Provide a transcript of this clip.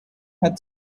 had